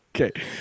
Okay